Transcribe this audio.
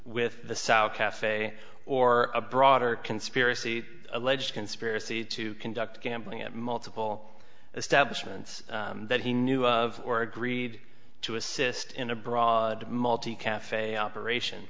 with the south cafe or a broader conspiracy alleged conspiracy to conduct gambling at multiple establishment that he knew of or agreed to assist in a broad multi cafe operation